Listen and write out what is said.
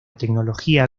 tecnología